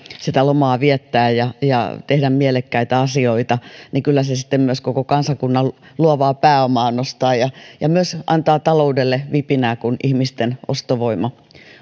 mahdollisuutta lomaa viettää ja ja tehdä mielekkäitä asioita niin kyllä se sitten myös koko kansakunnan luovaa pääomaa nostaa ja ja myös antaa taloudelle vipinää kun ihmisten ostovoima